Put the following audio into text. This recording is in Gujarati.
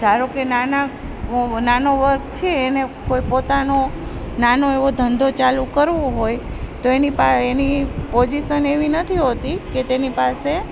ધારોકે નાનો વર્ગ છે એને કોઈ પોતાનો નાનો એવો ધંધો ચાલુ કરવો હોય તો એની પોજીશન એવી નથી હોતી કે તેની પાસે